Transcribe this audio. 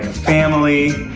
family,